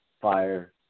fire